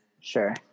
Sure